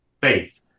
Faith